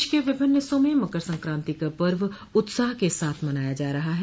देश के विभिन्न हिस्सों में मकर संक्रांति का पर्व उत्साह के साथ मनाया जा रहा है